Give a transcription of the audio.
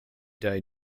die